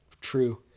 True